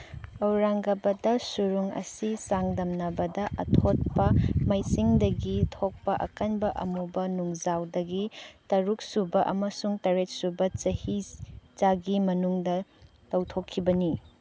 ꯑꯧꯔꯪꯒꯕꯗꯁ ꯁꯨꯔꯨꯡ ꯑꯁꯤ ꯆꯥꯡꯗꯝꯅꯕꯗ ꯑꯊꯣꯠꯄ ꯃꯩꯁꯤꯡꯗꯒꯤ ꯊꯣꯛꯄ ꯑꯀꯟꯕ ꯑꯃꯨꯕ ꯅꯨꯡꯖꯥꯎꯗꯒꯤ ꯇꯔꯨꯛ ꯁꯨꯕ ꯑꯃꯁꯨꯡ ꯇꯔꯦꯠ ꯁꯨꯕ ꯆꯍꯤ ꯆꯥꯒꯤ ꯃꯅꯨꯡꯗ ꯇꯧꯊꯣꯛꯈꯤꯕꯅꯤ